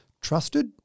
trusted